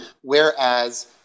Whereas